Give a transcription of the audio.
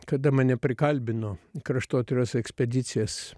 kada mane prikalbino į kraštotyros ekspedicijas